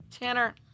Tanner